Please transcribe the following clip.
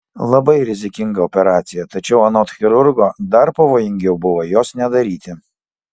labai rizikinga operacija tačiau anot chirurgo dar pavojingiau buvo jos nedaryti